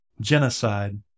genocide